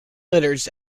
litters